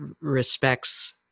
respects